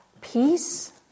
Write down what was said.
peace